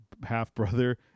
half-brother